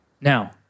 Now